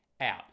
out